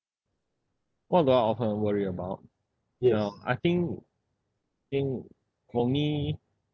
what do I often worry about ya I think I think for me